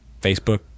Facebook